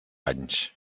anys